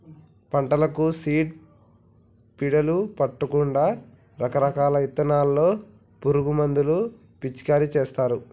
పంటలకు సీడ పీడలు పట్టకుండా రకరకాల ఇథానాల్లో పురుగు మందులు పిచికారీ చేస్తారు